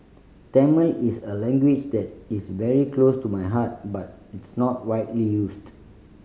Tamil is a language that is very close to my heart but it's not widely used